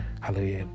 hallelujah